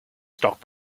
stock